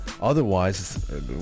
Otherwise